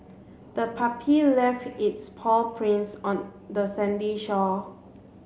the puppy left its paw prints on the sandy shore